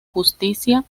justicia